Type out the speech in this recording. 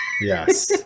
Yes